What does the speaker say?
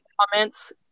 comments